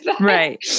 Right